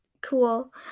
cool